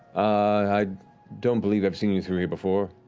i don't believe i've seen you through here before.